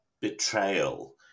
betrayal